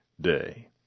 day